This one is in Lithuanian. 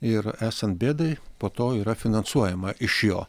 ir esant bėdai po to yra finansuojama iš jo